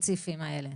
הספציפיים האלה.